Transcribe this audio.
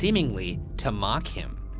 seemingly to mock him.